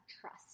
trust